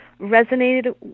resonated